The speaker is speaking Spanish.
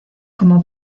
como